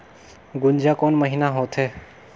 गुनजा कोन महीना होथे?